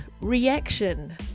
reaction